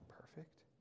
perfect